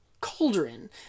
cauldron